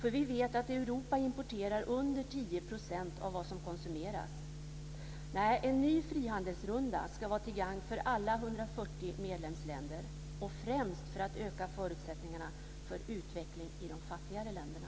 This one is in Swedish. Vi vet nämligen att Europa importerar under 10 % av vad som konsumeras. En ny frihandelsrunda ska vara till gagn för alla 140 medlemsländer - främst för att öka förutsättningarna för utveckling i de fattigare länderna.